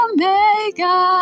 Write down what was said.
Omega